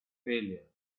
failure